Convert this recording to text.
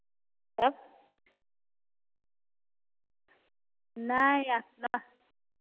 तब नहीं आप ना